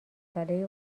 ساله